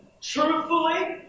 Truthfully